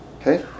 okay